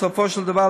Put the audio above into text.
בסופו של דבר,